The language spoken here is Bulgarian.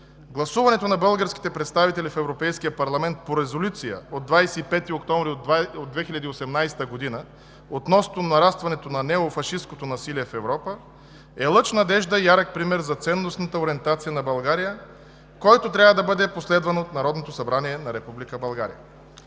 Гласуването на българските представители в Европейския парламент по Резолюция от 25 октомври 2018 г. относно нарастването на неофашисткото насилие в Европа, е лъч надежда и ярък пример за ценностната ориентация на България, който трябва да бъде последван от Народното събрание на Република